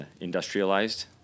industrialized